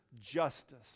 justice